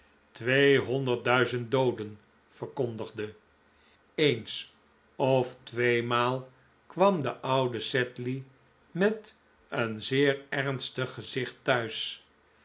twee honderd duizend dooden verkondigde eens of tweemaal kwam de oude sedley met een zeer ernstig gezicht thuis